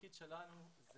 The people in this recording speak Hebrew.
התפקיד שלנו הוא